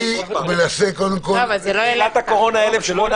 אני רציתי לשמוע על הסגור, לשמוע על